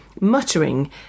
muttering